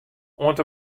oant